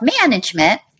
management